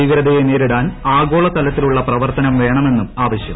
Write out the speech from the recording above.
ഭീകരതയെ നേരിടാൻ ആഗോളതലത്തിലുള്ള പ്രവർത്തനം വേണമെന്നും ആവശ്യം